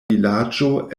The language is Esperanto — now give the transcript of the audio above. vilaĝo